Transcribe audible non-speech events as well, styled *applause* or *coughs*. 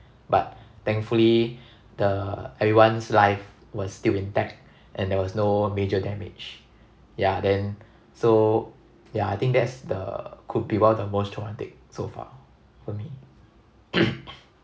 but thankfully the everyone's life was still intact and there was no major damage yeah then so yeah I think that's the could be one of the most traumatic so far for me *coughs*